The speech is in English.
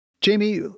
Jamie